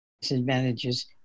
disadvantages